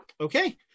Okay